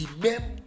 remember